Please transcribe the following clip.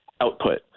output